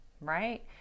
right